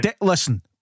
listen